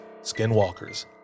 skinwalkers